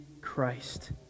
Christ